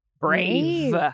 brave